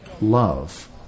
love